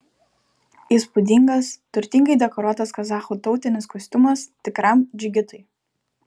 įspūdingas turtingai dekoruotas kazachų tautinis kostiumas tikram džigitui